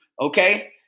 Okay